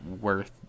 worth